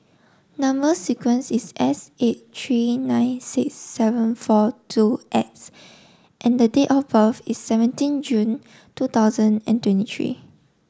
number sequence is S eight three nine six seven four two X and the date of birth is seventeen June two thousand and twenty three